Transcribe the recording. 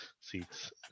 seats